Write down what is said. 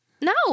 No